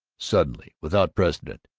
suddenly, without precedent,